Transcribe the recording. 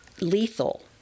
lethal